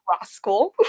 rascal